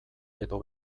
edo